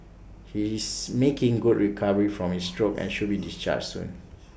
he's making good recovery from his stroke and should be discharged soon